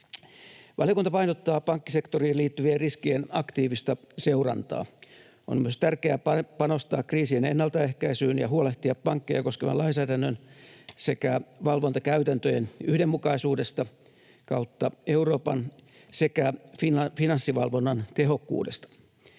Valiokunta painottaa pankkisektoriin liittyvien riskien aktiivista seurantaa. On myös tärkeää panostaa kriisien ennaltaehkäisyyn ja huolehtia pankkeja koskevan lainsäädännön sekä valvontakäytäntöjen yhdenmukaisuudesta kautta Euroopan sekä finanssivalvonnan tehokkuudesta.